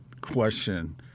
question